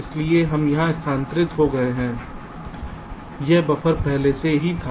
इसलिए हम यहां स्थानांतरित हो गए यह बफ़र पहले से ही था